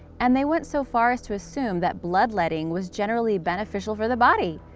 and they went so far as to assume that bloodletting was generally beneficial for the body.